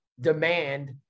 demand